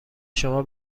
شما